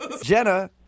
Jenna